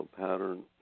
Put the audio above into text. pattern